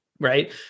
right